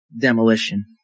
demolition